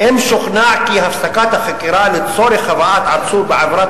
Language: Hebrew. "אם שוכנע כי הפסקת החקירה לצורך הבאת עצור בעבירת